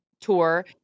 tour